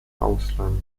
ausland